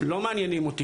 לא מעניינים אותך,